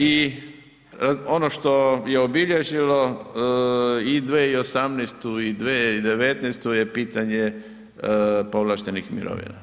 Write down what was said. I ono što je obilježilo i 2018. i 2019. je pitanje povlaštenih mirovina.